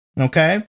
okay